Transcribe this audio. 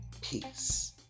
Peace